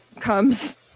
comes